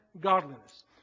godliness